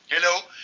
Hello